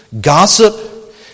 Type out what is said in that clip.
gossip